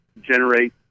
generate